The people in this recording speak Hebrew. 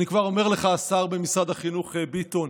אני כבר אומר לך, השר במשרד החינוך ביטון,